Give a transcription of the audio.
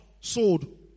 sold